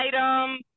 item